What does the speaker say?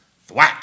thwack